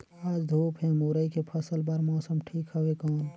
आज धूप हे मुरई के फसल बार मौसम ठीक हवय कौन?